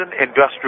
industrial